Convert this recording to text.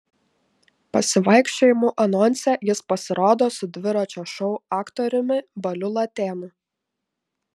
pasivaikščiojimų anonse jis pasirodo su dviračio šou aktoriumi baliu latėnu